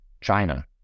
China